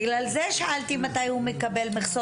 בגלל זה שאלתי מתי הוא מקבל מכסות.